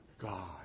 God